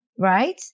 right